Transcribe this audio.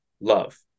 love